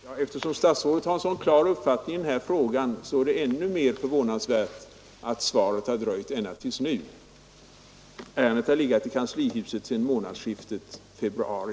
Herr talman! Eftersom statsrådet har en så klar uppfattning i den här Torsdagen den frågan så är det ännu mer förvånansvärt att svaret har dröjt ända till nu. 23 november 1972 Varvets ansökan har legat i kanslihuset sedan månadsskiftet februari